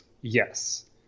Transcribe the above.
Yes